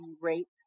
rape